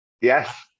Yes